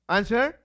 Answer